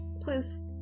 Please